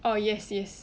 oh yes yes